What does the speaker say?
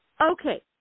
Okay